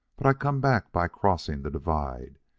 but i come back by crossing the divide,